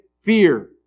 Fear